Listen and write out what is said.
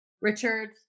Richard